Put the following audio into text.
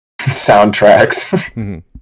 soundtracks